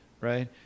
right